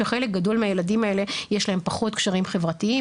שחלק גדול מהילדים האלה יש להם פחות קשרים חברתיים,